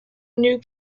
new